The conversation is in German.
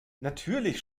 natürlich